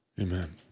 Amen